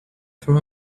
for